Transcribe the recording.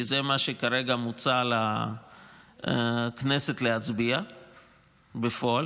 כי על זה כרגע מוצע לכנסת להצביע בפועל,